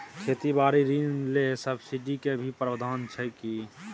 खेती बारी ऋण ले सब्सिडी के भी प्रावधान छै कि?